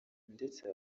ndetse